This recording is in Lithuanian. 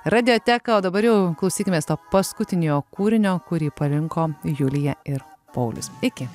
raioteką o dabar jau klausykimės to paskutinio kūrinio kurį parinko julija ir paulius iki